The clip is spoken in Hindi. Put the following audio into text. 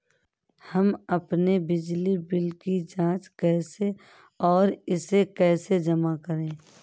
हम अपने बिजली बिल की जाँच कैसे और इसे कैसे जमा करें?